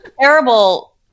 terrible